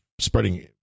spreading